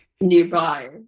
nearby